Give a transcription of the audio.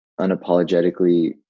unapologetically